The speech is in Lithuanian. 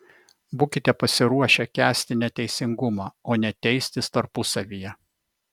būkite pasiruošę kęsti neteisingumą o ne teistis tarpusavyje